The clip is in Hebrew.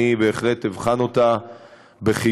אני בהחלט אבחן אותה בחיוב,